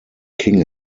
king